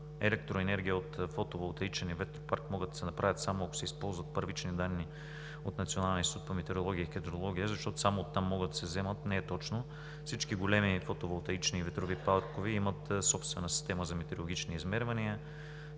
електроенергия от фотоволтаичен ветропарк могат да се направят само, ако се използват първични данни от Националния институт по метеорология и хидрология, защото само оттам могат да се вземат, не е точно. Всички големи фотоволтаични и ветрови паркове имат собствена система за метеорологични измервания,